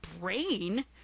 brain